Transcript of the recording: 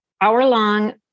hour-long